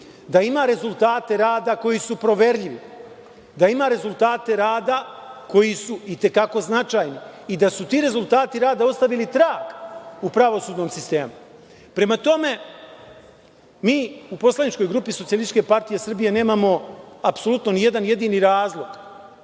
da ima rezultate rada koji su proverljivi, da ima rezultate rada koji su i te kako značajni i da su ti rezultati rada ostavili trag u pravosudnom sistemu. Prema tome, mi u poslaničkoj grupi SPS nemamo apsolutno ni jedan jedini razlog